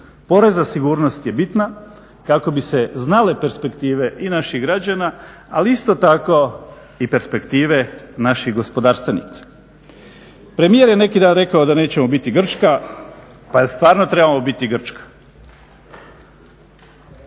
Porez za sigurnost je bitna kako bi se znale perspektive i naših građana, ali isto tako i perspektive naših gospodarstvenika. Premijer je neki dan rekao da nećemo biti Grčka. Pa jel' stvarno trebamo biti Grčka?